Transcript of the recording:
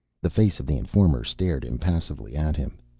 the face of the informer stared impassively at him.